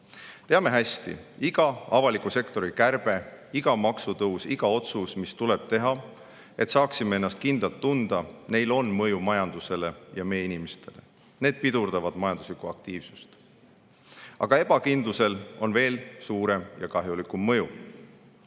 hästi: igal avaliku sektori kärpel, igal maksutõusul, igal otsusel, mis tuleb teha, et saaksime ennast kindlalt tunda, on mõju majandusele ja meie inimestele. Need pidurdavad majanduslikku aktiivsust. Aga ebakindlusel on veel suurem ja kahjulikum mõju.